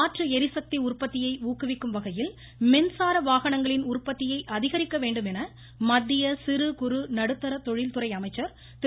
மாற்று ளரிசக்தி உற்பத்தியை ஊக்குவிக்கும் வகையில் மின்சார வாகனங்களின் உற்பத்தியை அதிகரிக்க வேண்டும் என மத்திய சிறு குறு நடுத்தர தொழில்துறை அமைச்சர் திரு